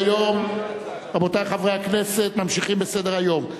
רבותי חברי הכנסת, אנחנו ממשיכים בסדר-היום.